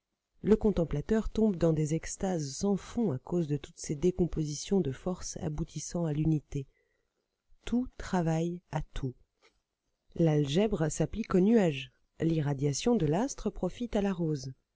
le contemplateur tombe dans des extases sans fond à cause de toutes ces décompositions de forces aboutissant à l'unité tout travaille à tout l'algèbre s'applique aux nuages l'irradiation de l'astre profite à la rose